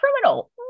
criminal